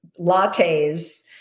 lattes